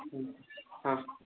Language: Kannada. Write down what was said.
ಹ್ಞು ಹಾಂ